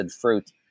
fruit